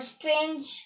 Strange